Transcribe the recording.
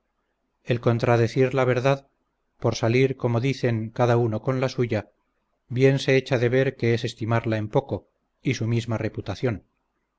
el contradecir la verdad por salir como dicen cada uno con la suya bien se echa de ver que es estimarla en poco y su misma reputación